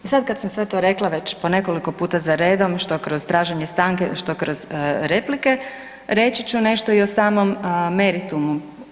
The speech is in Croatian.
I sada kada sam sve to rekla već po nekoliko puta za redom što kroz traženje stanke, što kroz replike reći su nešto i o samom meritumu.